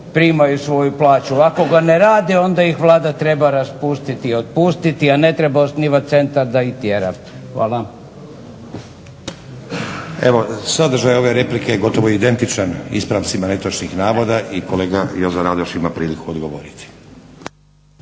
primaju svoju plaću. Ako ga ne rade onda ih Vlada treba raspustiti i otpustiti, a ne treba osnivat centar da ih tjera. Hvala. **Stazić, Nenad (SDP)** Evo sadržaj ove replike je gotovo identičan ispravcima netočnih navoda i kolega Jozo Radoš ima priliku odgovoriti.